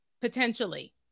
potentially